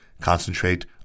concentrate